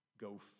go